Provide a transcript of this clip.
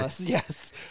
Yes